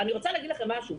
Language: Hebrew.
אני רוצה להגיד לכם משהו,